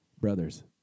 Brothers